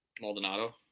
Maldonado